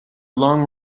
long